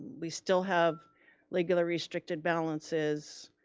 we still have legally restricted balances,